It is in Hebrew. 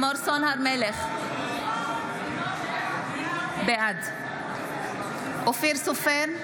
בעד אופיר סופר,